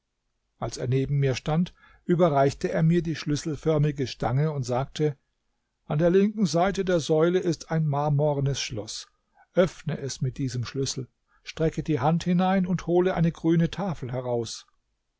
als er neben mir stand überreichte er mir die schlüsselförmige stange und sagte an der linken seite der säule ist ein marmorenes schloß öffne es mit diesem schlüssel strecke die hand hinein und hole eine grüne tafel heraus